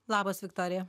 labas viktorija